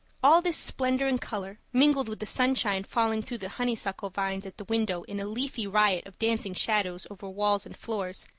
all this splendor and color, mingled with the sunshine falling through the honeysuckle vines at the windows in a leafy riot of dancing shadows over walls and floor,